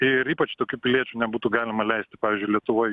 ir ypač tokių piliečių nebūtų galima leisti pavyzdžiui lietuvoj